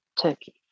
Turkey